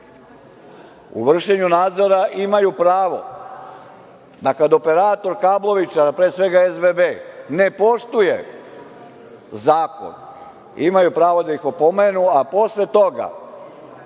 vršenju nadzora imaju pravo da kada operator kablovske, pre svega SBB, ne poštuje zakon, imaju pravo da ih opomenu, a posle toga